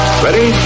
Ready